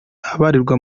abarirwa